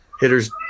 hitters